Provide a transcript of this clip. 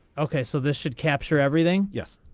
okay so this should capture everything yes.